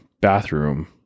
bathroom